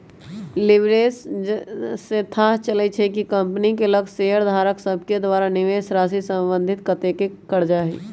leverage से थाह चलइ छइ कि कंपनी के लग शेयरधारक सभके द्वारा निवेशराशि संबंधित कतेक करजा हइ